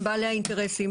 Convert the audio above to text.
הם בעלי האינטרסים,